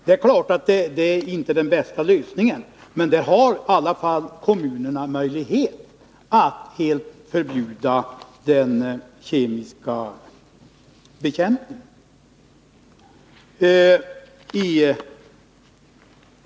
Det är klart att det inte är den bästa lösningen, men kommunerna har då i alla fall möjlighet att helt förbjuda den kemiska bekämpningen.